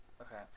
Okay